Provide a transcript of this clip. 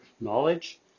knowledge